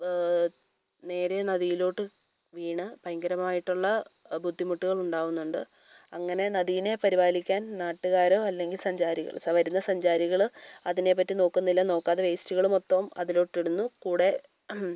നേരെ നദിയിലോട്ട് വീണ് ഭയങ്കരമായിട്ടുള്ള ബുദ്ധിമുട്ടുകൾ ഉണ്ടാവുന്നുണ്ട് അങ്ങനെ നദീനെ പരിപാലിക്കാൻ നാട്ടുകാരോ അല്ലെങ്കിൽ സഞ്ചാരികള് വരുന്ന സഞ്ചാരികള് അതിനെ പറ്റി നോക്കുന്നില്ല നോക്കാതെ വേസ്റ്റുകള് മൊത്തം അതിലോട്ടിടുന്നു കൂടെ